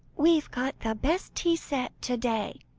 we've got the best tea-set to-day,